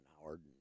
Howard